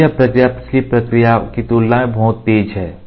तो यह प्रक्रिया पिछली प्रक्रिया की तुलना में बहुत तेज है